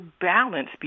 balance